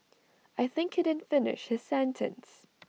I think he didn't finish his sentence